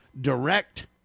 direct